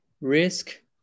risk